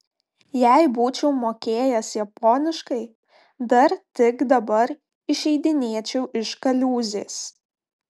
jei būčiau mokėjęs japoniškai dar tik dabar išeidinėčiau iš kaliūzės